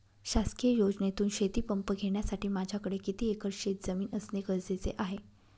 शासकीय योजनेतून शेतीपंप घेण्यासाठी माझ्याकडे किती एकर शेतजमीन असणे गरजेचे आहे?